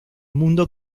mundo